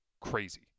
crazy